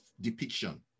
depiction